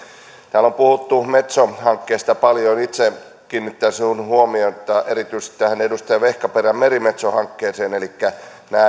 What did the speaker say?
täällä on puhuttu metso hankkeesta paljon itse kiinnittäisin huomion erityisesti edustaja vehkaperän merimetsohankkeeseen elikkä nämä